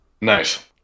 nice